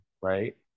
right